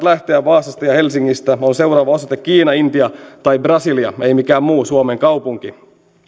lähteä vaasasta ja helsingistä on seuraava osoite kiina intia tai brasilia ei mikään muu suomen kaupunki